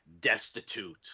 destitute